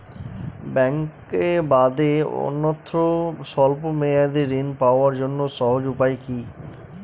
ব্যাঙ্কে বাদে অন্যত্র স্বল্প মেয়াদি ঋণ পাওয়ার জন্য সহজ উপায় কি?